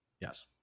Yes